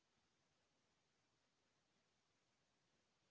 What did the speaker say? महमाया भात के कतका प्रकार होथे?